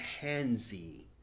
handsy